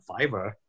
Fiverr